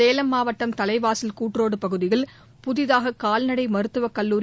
சேலம் மாவட்டம் தலைவாசல் கூட் ரோடு பகுதியில் புதிதாக கால்நடை மருத்துவ கல்லூரி